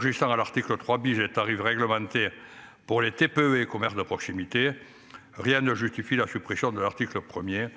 juste un à l'article 3 BIJ tarif réglementé. Pour les TPE et commerces de proximité. Rien ne justifie la suppression de l'article 1er